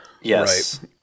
Yes